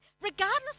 regardless